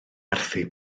werthu